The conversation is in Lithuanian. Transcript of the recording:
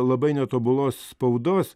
labai netobulos spaudos